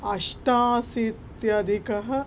अष्टाशीत्यधिकः